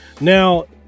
Now